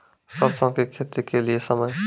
सरसों की खेती के लिए समय?